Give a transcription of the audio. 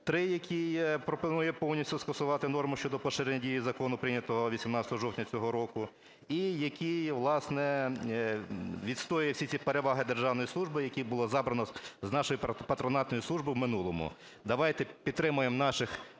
який пропонує повністю скасувати норми щодо поширення дії закону, прийнятого 18 жовтня цього року, і який, власне, відстояв всі ці переваги державної служби, які було забрано з нашої патронатної служби в минулому. Давайте підтримаємо наших